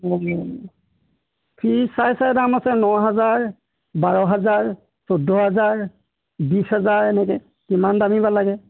অঁ ফ্ৰিজ চাই চাই দাম আছে ন হাজাৰ বাৰ হাজাৰ চৈধ্য হাজাৰ বিছ হাজাৰ এনেকৈ কিমান দামী বা লাগে